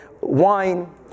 wine